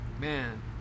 Man